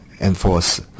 enforce